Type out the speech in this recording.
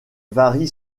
varie